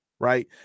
Right